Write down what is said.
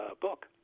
book